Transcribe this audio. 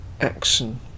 action